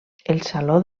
saló